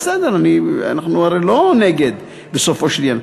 בסדר, אנחנו הרי לא נגד, בסופו של יום.